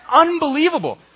unbelievable